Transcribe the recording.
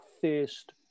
first